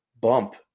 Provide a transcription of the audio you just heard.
bump